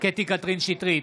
קטי קטרין שטרית,